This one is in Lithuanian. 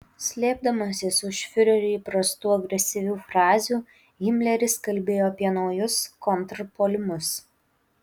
slėpdamasis už fiureriui įprastų agresyvių frazių himleris kalbėjo apie naujus kontrpuolimus